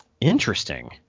Interesting